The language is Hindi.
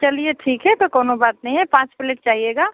चलिए ठीक है तो कौनो बात नहीं है पाँच प्लेट चाहिएगा